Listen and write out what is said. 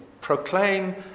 Proclaim